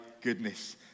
goodness